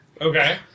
Okay